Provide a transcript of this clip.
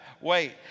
Wait